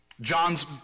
John's